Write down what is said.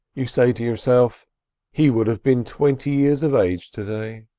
you say to yourself he would have been twenty years of age to-day.